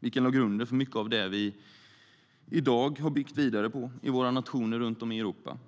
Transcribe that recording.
vilken lade grunden för mycket av det vi sedan har byggt vidare på i våra nationer runt om i Europa.